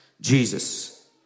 Jesus